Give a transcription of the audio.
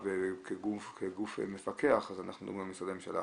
כגוף מפקח אנחנו מול משרדי הממשלה.